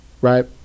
right